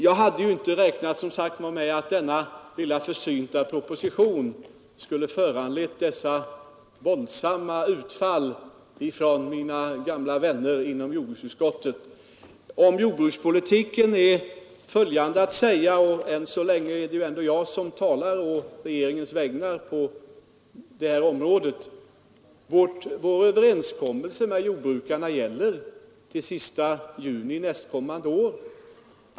Jag hade som sagt inte räknat med att denna lilla försynta proposition skulle föranleda så våldsamma utfall från mina gamla vänner i jordbruksutskottet. Om jordbrukspolitiken är följande att säga, och än så länge är det ju ändå jag som talar på regeringens vägnar på det här området: Vår överenskommelse med jordbrukarna gäller till den 30 juni nästkommande år.